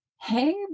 Hey